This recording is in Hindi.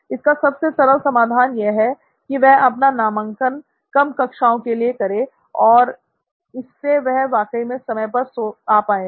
इसका सबसे सरल समाधान यह है कि वह अपना नामांकन कम कक्षाओं के लिए करें और इससे वह वाकई में समय पर आ पाएगा